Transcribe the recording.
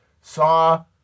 saw